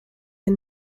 are